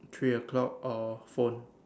three o-clock or phone